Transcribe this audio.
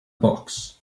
box